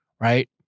right